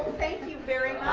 you very